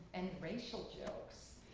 and racial jokes.